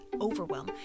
overwhelm